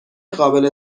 قابل